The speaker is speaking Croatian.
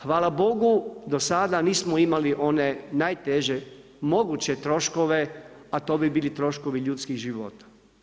Hvala Bogu, do sada nismo imali one najteže moguće troškove a to bi bili troškovi ljudskih života.